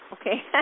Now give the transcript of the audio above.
Okay